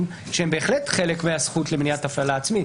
שהם בהחלט חלק מהזכות למניעת הפללה עצמית.